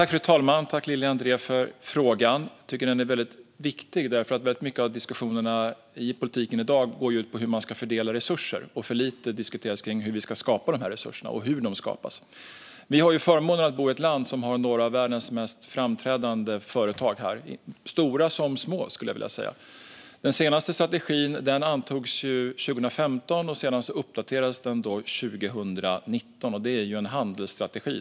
Fru talman! Jag tackar Lili André för frågan, som jag tycker är mycket viktig. Väldigt mycket av diskussionerna i politiken i dag går ut på hur man ska fördela resurserna. Det diskuteras för lite hur resurserna ska skapas. Vi har förmånen att bo i ett land som har några av världens mest framträdande företag här - stora som små, skulle jag vilja säga. Den senaste strategin antogs 2015. Sedan uppdaterades den 2019. Det är en handelsstrategi.